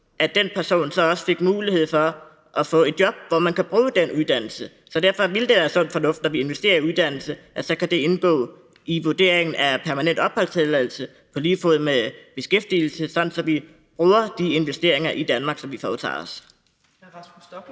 at den person så også fik mulighed for at få et job, hvor vedkommende kunne bruge den uddannelse. Så derfor ville det være sund fornuft, når vi investerer i uddannelse, at det så kunne indgå i vurderingen ved ansøgning om permanent opholdstilladelse på lige fod med beskæftigelse, sådan at vi bruger de investeringer i Danmark, som vi foretager.